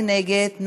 מי נגד?